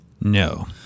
No